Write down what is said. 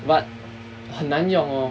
but 很难用 lor